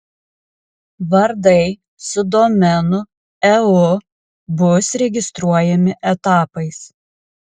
vardai su domenu eu bus registruojami etapais